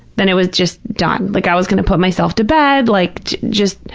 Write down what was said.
then it was just done. like, i was going to put myself to bed, like just.